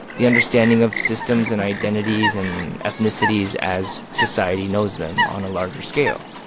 the understanding of systems and identities and ethnicities as society knows them on a larger scale.